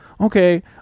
Okay